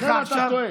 לכן אתה טועה.